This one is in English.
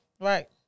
Right